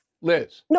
Liz